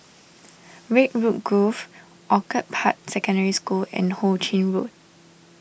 Redwood Grove Orchid Park Secondary School and Ho Ching Road